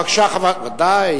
בבקשה, חברת הכנסת.